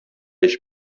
ich